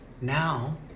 Now